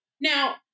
now